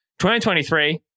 2023